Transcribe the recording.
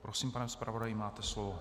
Prosím, pane zpravodaji, máte slovo.